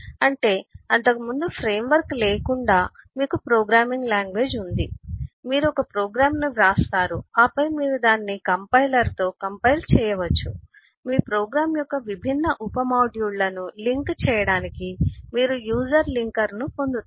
అంటే అంతకుముందు ఫ్రేమ్వర్క్ లేకుండా మీకు ప్రోగ్రామింగ్ లాంగ్వేజ్ ఉంది మీరు ఒక ప్రోగ్రామ్ను వ్రాస్తారు ఆపై మీరు దానిని కంపైలర్తో కంపైల్ చేయవచ్చు మీ ప్రోగ్రామ్ యొక్క విభిన్న ఉప మాడ్యూళ్ళను లింక్ చేయడానికి మీరు యూజర్ లింకర్ను పొందుతారు